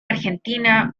argentina